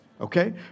Okay